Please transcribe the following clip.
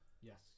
Yes